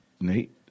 Nate